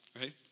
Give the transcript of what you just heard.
right